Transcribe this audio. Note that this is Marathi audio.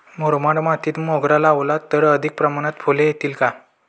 मुरमाड मातीत मोगरा लावला तर अधिक प्रमाणात फूले येतील का?